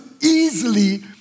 easily